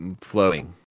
flowing